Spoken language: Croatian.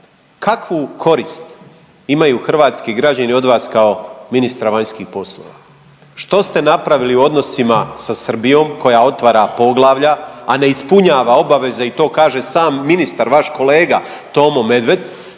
kakvu korist imaju hrvatski građani od vas kao ministra vanjskih poslova, što ste napravili u odnosima sa Srbijom koja otvara poglavlja i ne ispunjava obaveze i to kaže sam ministar, vaš kolega Tomo Medved,